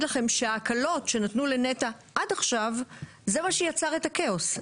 לכם שההקלות שנתנו לנת"ע עד עכשיו זה מה שיצר את הכאוס,